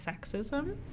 sexism